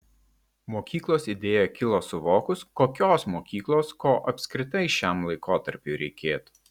mokyklos idėja kilo suvokus kokios mokyklos ko apskritai šiam laikotarpiui reikėtų